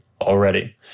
already